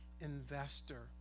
investor